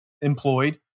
employed